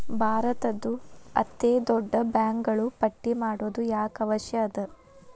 ಭಾರತದ್ದು ಅತೇ ದೊಡ್ಡ ಬ್ಯಾಂಕುಗಳ ಪಟ್ಟಿ ಮಾಡೊದು ಯಾಕ್ ಅವಶ್ಯ ಅದ?